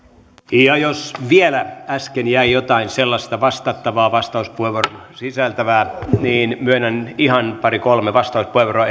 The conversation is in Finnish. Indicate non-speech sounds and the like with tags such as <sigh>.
ja jos vielä äsken jäi jotain sellaista vastattavaa vastauspuheenvuoron sisältävää niin myönnän ihan pari kolme vastauspuheenvuoroa <unintelligible>